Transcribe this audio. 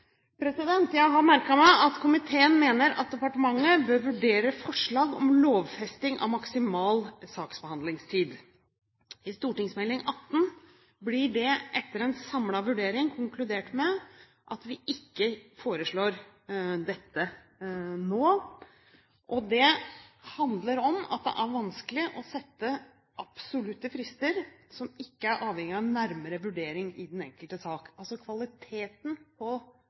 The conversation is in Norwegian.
Jeg har merket meg at komiteen mener departementet bør vurdere forslag om lovfesting av maksimal saksbehandlingstid. I Meld. St. 18 for 2010–2011 blir det etter en samlet vurdering konkludert med at vi ikke foreslår dette nå. Det handler om at det er vanskelig å sette absolutte frister som ikke er avhengige av nærmere vurdering i den enkelte sak. Kvaliteten på